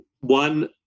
one